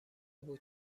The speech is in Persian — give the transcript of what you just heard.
بود